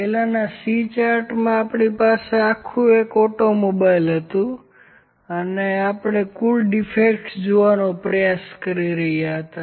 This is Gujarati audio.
પહેલાનાં C ચાર્ટમાં આપણી પાસે એક આખુ ઓટોમોબાઈલ હતું અને આપણે કુલ ડીફેક્ટ્સ જોવાનો પ્રયાસ કરી રહ્યા હતા